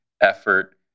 effort